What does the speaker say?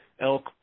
elk